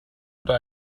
oder